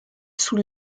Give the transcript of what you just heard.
sous